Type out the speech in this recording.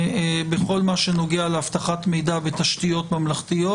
בכל מה שנוגע לאבטחת מידע ותשתיות ממלכתיות,